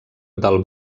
del